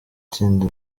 itsinda